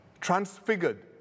transfigured